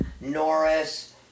Norris